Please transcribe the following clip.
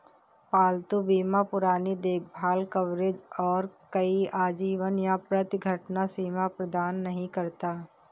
पालतू बीमा पुरानी देखभाल कवरेज और कोई आजीवन या प्रति घटना सीमा प्रदान नहीं करता